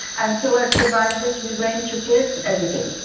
and so as survivors we went to give evidence,